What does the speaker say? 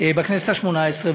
בכנסת השמונה-עשרה,